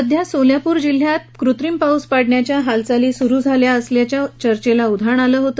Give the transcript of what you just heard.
सध्या सोलापुर जिल्ह्यात कुत्रिम पाऊस पाडण्याच्या हालचाली सुरु झाल्या असल्याच्या चर्चेला उधाण आले होते